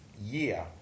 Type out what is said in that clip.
year